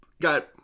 Got